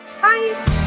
Bye